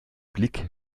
blick